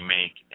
make